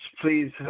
please